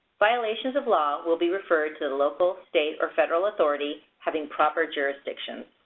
violations of law will be referred to the local, state, or federal authority having proper jurisdiction.